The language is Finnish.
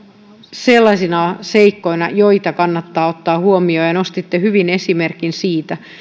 sellaisina seikkoina joita kannattaa ottaa huomioon nostitte hyvän esimerkin siitä